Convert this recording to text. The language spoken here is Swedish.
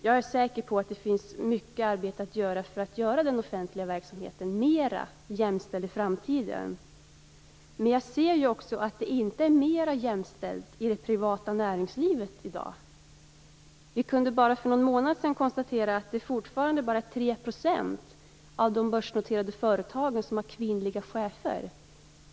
Jag är säker på att det finns mycket arbete att göra för att göra den offentliga verksamheten mera jämställd i framtiden. Men jag ser ju också att det inte är mer jämställt i det privata näringslivet i dag. Vi kunde bara för någon månad sedan konstatera att det fortfarande bara är 3 % av de börsnoterade företagen som har kvinnliga chefer.